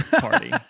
party